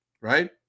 right